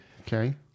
Okay